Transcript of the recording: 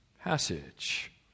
passage